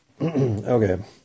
Okay